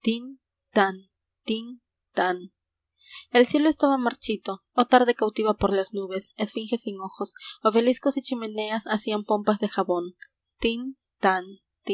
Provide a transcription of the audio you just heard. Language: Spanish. el cielo estaba marchito oh tarde cautiva por las nubes esfinge sin ojos obeliscos y chimeneas hacían pompas de jabón tin tan